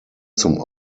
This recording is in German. zum